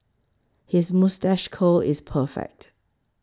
his moustache curl is perfect